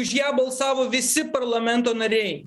už ją balsavo visi parlamento nariai